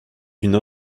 une